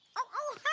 oh